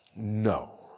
No